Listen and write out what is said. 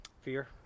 Fear